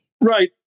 Right